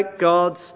God's